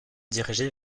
diriger